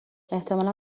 احتمالا